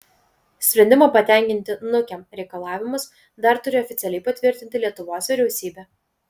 sprendimą patenkinti nukem reikalavimus dar turi oficialiai patvirtinti lietuvos vyriausybė